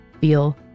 feel